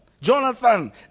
Jonathan